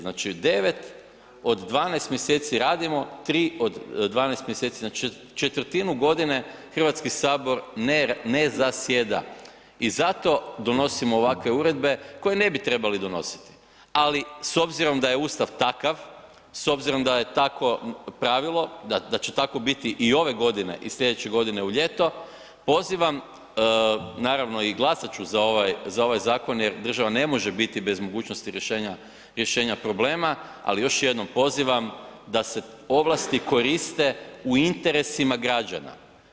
Znači od 12 mj. radimo, 3 od 12 mj., znači 1/4 godine Hrvatski sabor ne zasjeda i zato donosimo ovakve uredbe koje ne bi trebali donositi ali s obzirom da je Ustav takav, s obzirom da je tako pravilo, da će tako biti i ove godine i slijedeće godine u ljeto, pozivam naravno i glasat ću za ovaj zakon jer država ne može biti bez mogućnosti rješenja problema ali još jednom pozivam da se ovlasti koriste u interesima građana.